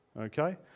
okay